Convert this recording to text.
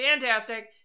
fantastic